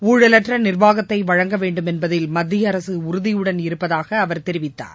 ஊழலற்ற நிர்வாகத்தை வழங்க வேண்டும் என்பதில் மத்திய அரசு உறுதியுடன் இருப்பதாக அவர் தெரிவித்தார்